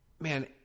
man